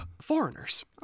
foreigners